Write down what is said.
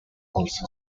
also